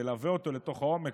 תלווה אותו לעומק.